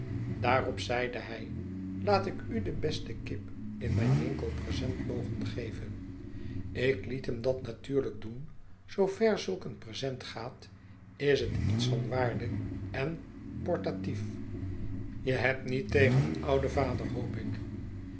daarop zeide hij laat ik u de beste kip in mijn winkel present mogen geven ik liet hem dat natuurlijk doen zoover zulk een present gaat is het iets van waarde en portatief je hebt niet tegen een ouden vader hoop ik